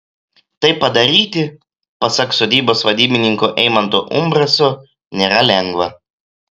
tai padaryti pasak sodybos vadybininko eimanto umbraso nėra lengva